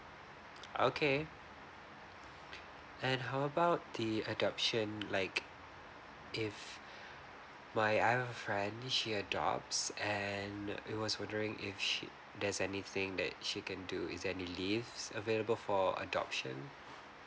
okay and how about the adoption like if my I have a friend she adopts and she was wondering if she there's anything that she can do is there any leaves available for adoption